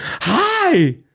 hi